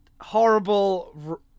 horrible